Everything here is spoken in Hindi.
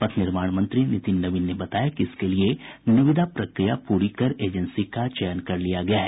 पथ निर्माण मंत्री नितिन नवीन ने बताया कि इसके लिये निविदा प्रक्रिया पूरी कर एजेंसी का चयन कर लिया गया है